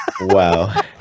wow